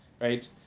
right